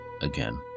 again